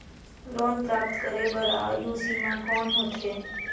Loan प्राप्त करे बर आयु सीमा कौन होथे?